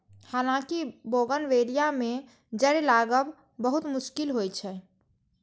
हालांकि बोगनवेलिया मे जड़ि लागब बहुत मुश्किल होइ छै